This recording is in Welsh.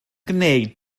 gwneud